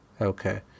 Okay